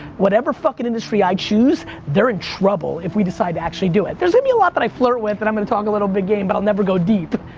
whatever fuckin' industry i choose, they're in trouble if we decide to actually do it. there's gonna be a lot that i flirt with that i'm gonna talk a little big game but i'll never go deep.